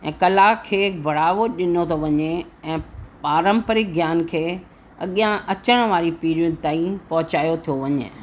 ऐं कला खे बढ़ावो ॾिनो थो वञे ऐं पारंपरिक ज्ञान खे अॻियां अचणु वारी पीढ़ियुनि ताईं पहुचायो थो वञे